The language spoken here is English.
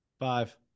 Five